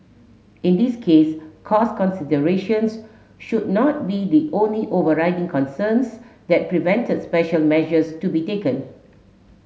in this case cost considerations should not be the only overriding concerns that prevented special measures to be taken